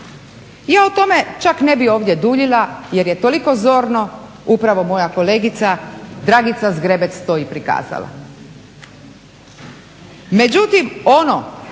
Ja o tome čak ne bi ovdje duljila jer je toliko zorno upravo moja kolegica Dragica Zgrebec to i prikazala.